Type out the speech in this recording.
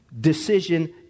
decision